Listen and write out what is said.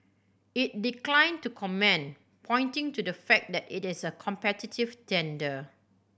it declined to comment pointing to the fact that it is a competitive tender